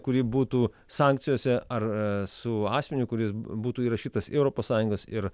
kuri būtų sankcijose ar su asmeniu kuris būtų įrašytas į europos sąjungos ir